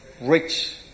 rich